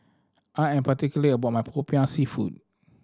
I am particular about my Popiah Seafood